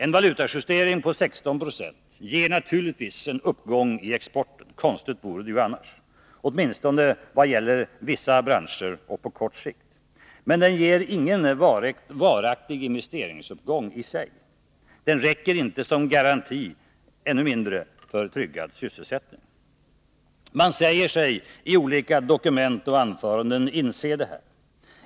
En valutajustering på 16 96 ger naturligtvis — konstigt vore det annars — en uppgångi exporten, åtminstone för vissa branscher och på kort sikt. Men den ger ingen varaktig investeringsuppgång. Den räcker ännu mindre som garanti för tryggad sysselsättning. Tolika dokument och anföranden säger man sig inse detta.